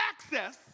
access